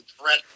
threat